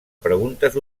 preguntes